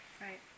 Right